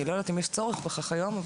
אני לא יודעת אם יש צורך בכך היום,